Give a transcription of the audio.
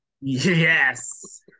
Yes